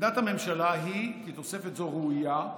עמדת הממשלה היא כי תוספת זו ראויה,